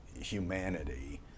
humanity